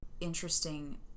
interesting